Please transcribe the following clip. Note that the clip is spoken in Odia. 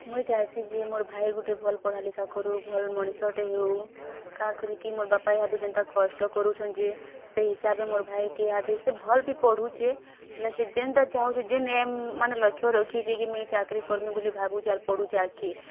ମୁଇଁ ଚାଁହେସି ଯେ ମୋର୍ ଭାଇ ଗୁଟେ ଭଲ ପଢ଼ା ଲେଖା କରୁ ଭଲ ମଣିଷ ଟେ ହୋଉ କା କରି କି ମୋର ବାପା ଏହା ଦେ ଯେନ୍ତା କଷ୍ଟ କରୁଛ ଯେ ସେଇ ହିସାବେ ମୋର ଭାଇ କେ ଏହା ଦେ ସେ ଭଲ୍ ବି ପଢ଼ୁଛେ ହେଲେ ସେ ଯେନ୍ ଟା ଚାଁହୁଛେ ଯେନ ଏମ୍ ମାନେ ଲକ୍ଷ୍ୟ ରଖିଛି କି ମୁଇଁ ଚାକିରି କର୍ମି ବୋଲି ଭାବୁଛି ଆର୍ ପଢ଼ୁଛି ଆଗ୍କେ